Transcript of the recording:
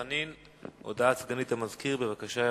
הודעת סגנית המזכיר, בבקשה.